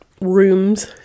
rooms